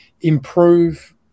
improve